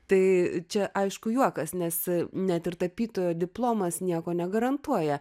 tai čia aišku juokas nes net ir tapytojo diplomas nieko negarantuoja